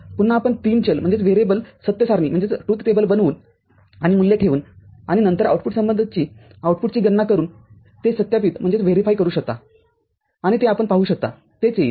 पुन्हा आपण तीन चल सत्य सारणी बनवून आणि मूल्ये ठेवून आणि नंतर आउटपुट संबंधित आउटपुटची गणना करुन ते सत्यापित करू शकता आणि ते आपण पाहू शकता तेच येईल